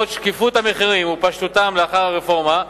בעקבות שקיפות המחירים ופשטותם לאחר הרפורמה,